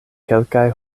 kelkaj